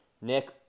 Nick